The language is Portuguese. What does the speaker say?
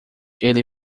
ele